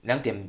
两点